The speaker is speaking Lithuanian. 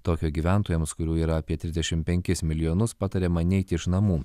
tokijo gyventojams kurių yra apie trisdešim penkis milijonus patariama neiti iš namų